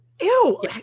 Ew